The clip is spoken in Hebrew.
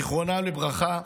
זיכרונם לברכה,